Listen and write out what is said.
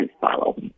follow